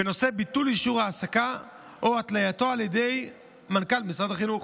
בנושא ביטול אישור העסקה או התלייתו על ידי מנכ"ל משרד החינוך.